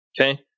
Okay